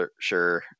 sure